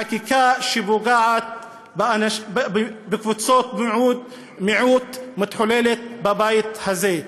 חקיקה שפוגעת בקבוצות מיעוט מתחוללת בבית הזה.